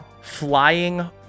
flying